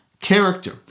character